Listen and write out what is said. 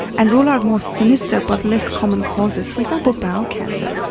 and rule out more sinister but less common causes, for example bowel cancer.